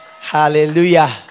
hallelujah